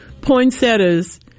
poinsettias